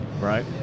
Right